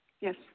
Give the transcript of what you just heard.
yes